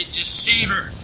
deceiver